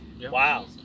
Wow